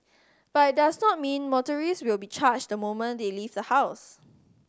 but it does not mean motorist will be charged the moment they leave the house